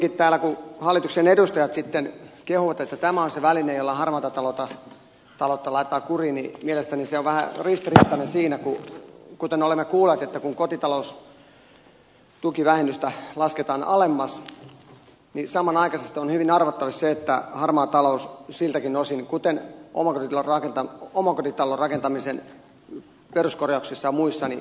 kuitenkin kun täällä hallituksen edustajat sitten kehuvat että tämä on se väline jolla harmaata taloutta laitetaan kuriin niin mielestäni se on vähän ristiriitainen siinä kuten olemme kuulleet että kun kotitaloustukivähennystä lasketaan alemmas niin samanaikaisesti on hyvin arvattavissa se että harmaa talous siltäkin osin kuten omakotitalon rakentamisen peruskorjauksissa ja muissa varmasti lisääntyy